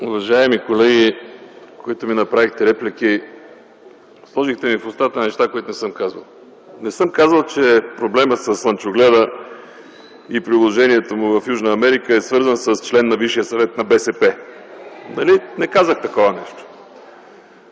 Уважаеми колеги, които ми направихте реплики, сложихте в устата ми неща, които не съм казал. Не съм казал, че проблемът със слънчогледа и приложението му в Южна Америка е свързано с член на Висшия съвет на БСП. (Смях, оживление от